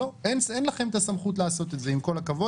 לא, אין לכם את הסמכות לעשות את זה, עם כל הכבוד.